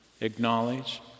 acknowledge